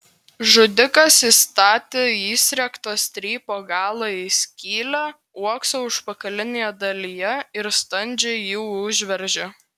žudikas įstatė įsriegtą strypo galą į skylę uokso užpakalinėje dalyje ir standžiai jį užveržė